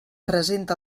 presenta